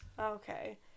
okay